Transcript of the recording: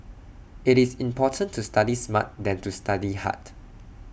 IT is important to study smart than to study hard